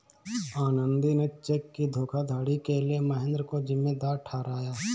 आनंदी ने चेक की धोखाधड़ी के लिए महेंद्र को जिम्मेदार ठहराया